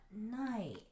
night